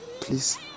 please